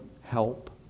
help